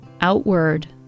outward